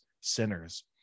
sinners